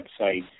website